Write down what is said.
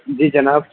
جی جناب